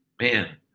man